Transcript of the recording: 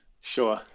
Sure